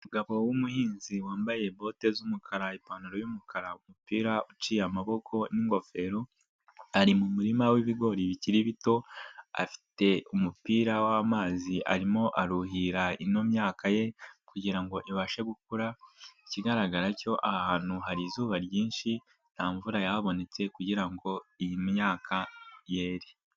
Umugabo w'umuhinzi wambaye bote z'umukara, ipantaro y'umukara, umupira uciye amaboko n'ingofero ari mu murima w'ibigori bikiri bito afite umupira w'amazi, arimo aruhira ino myaka ye kugira ngo ibashe gukura. Ikigaragara cyo aha hantu hari izuba ryinshi nta mvura yahabonetse kugira ngo iyi myaka yere.